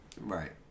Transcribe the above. Right